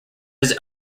his